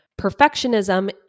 perfectionism